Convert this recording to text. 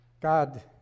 God